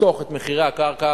לחתוך את מחירי הקרקע